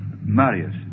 Marius